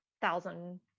thousand